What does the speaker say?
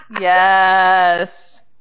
Yes